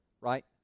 right